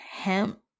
Hemp